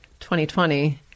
2020